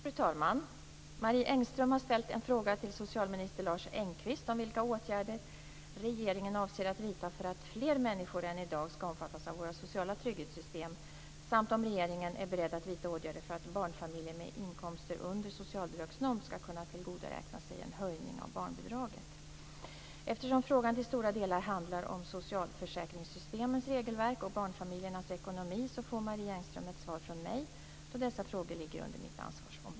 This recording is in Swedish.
Fru talman! Marie Engström har frågat socialminister Lars Engqvist vilka åtgärder regeringen avser att vidta för att fler människor än i dag skall omfattas av våra sociala trygghetssystem samt om regeringen är beredd att vidta åtgärder för att barnfamiljer med inkomster under socialbidragsnorm skall kunna tillgodoräkna sig en höjning av barnbidraget. Eftersom frågan till stora delar handlar om socialförsäkringssystemens regelverk och barnfamiljernas ekonomi får Marie Engström ett svar från mig, då dessa frågor ligger under mitt ansvarsområde.